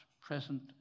present